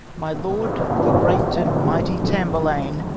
my lord, the great and mighty tamburlaine,